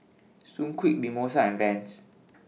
Sunquick Mimosa and Vans